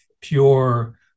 pure